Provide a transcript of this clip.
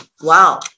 Wow